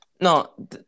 No